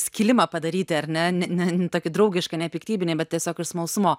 skilimą padaryti ar ne n ne tokį draugišką nepiktybinį bet tiesiog iš smalsumo